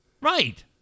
Right